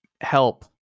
help